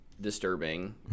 disturbing